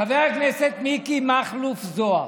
חבר הכנסת מיקי מכלוף זוהר.